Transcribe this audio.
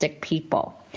people